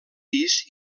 pis